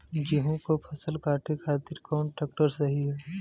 गेहूँक फसल कांटे खातिर कौन ट्रैक्टर सही ह?